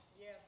Yes